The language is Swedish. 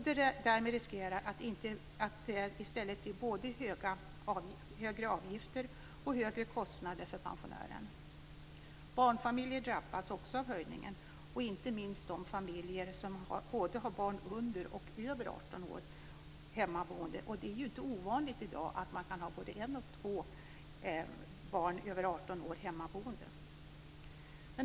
Därmed riskerar man att det i stället blir både högre avgifter och högre kostnader för pensionären. Barnfamiljer drabbas också av höjningen - inte minst de familjer som har hemmaboende barn både under och över 18 år. Det är inte ovanligt i dag att man har både ett och två barn över 18 år hemmaboende.